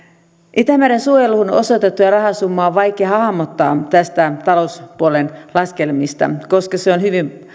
itämeren suojeluun osoitettua rahasummaa on vaikea hahmottaa näistä talouspuolen laskelmista koska se on hyvin